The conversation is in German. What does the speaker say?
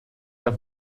der